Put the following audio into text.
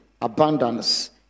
abundance